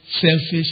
selfish